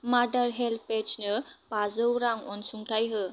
मादार हेल्पेजनो बाजौ रां अनसुंथाइ हो